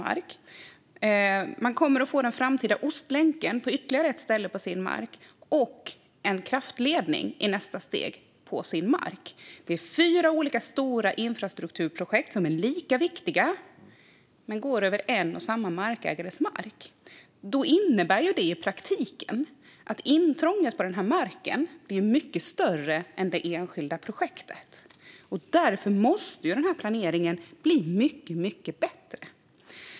Markägaren kommer att få den framtida Ostlänken på ytterligare ett ställe på sin mark, och i nästa steg kommer det en kraftledning på denna mark. Det är fyra olika stora infrastrukturprojekt. De är lika viktiga, men de går över en och samma markägares mark. Det innebär i praktiken att intrånget på den här marken blir mycket större än det enskilda projektet. Därför måste planeringen bli mycket bättre.